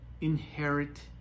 inherit